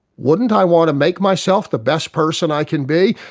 wouldn't i want to make myself the best person i can be?